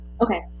okay